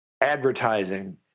advertising